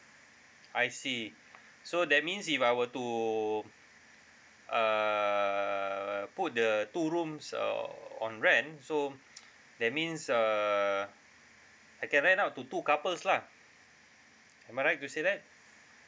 I see so that means if I were to err put the two rooms err on rent so that means err I can rent out to two couples lah am I right to say that